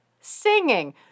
singing